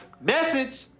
Message